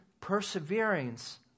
perseverance